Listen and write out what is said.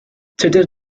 tudur